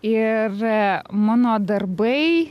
ir mano darbai